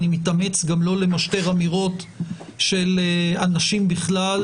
אני מתאמץ גם לא למשטר אמירות של אנשים בכלל,